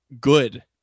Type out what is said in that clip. good